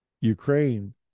ukraine